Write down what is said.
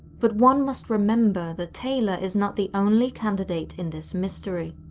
but one must remember that taylor is not the only candidate in this mystery.